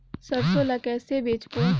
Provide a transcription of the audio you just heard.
सरसो ला कइसे बेचबो?